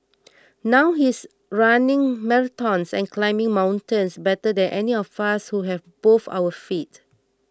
now he's running marathons and climbing mountains better than any of us who have both our feet